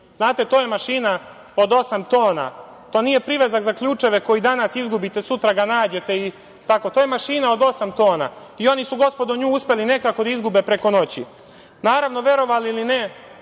Znate to je mašina od osam tona. To nije privezak za ključeve koji danas izgubite, a sutra ga nađete i tako. To je mašina od osam tona i oni su gospodo nju uspeli nekako da izgube preko noći. Naravno, verovali ili ne,